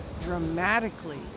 dramatically